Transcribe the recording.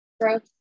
Growth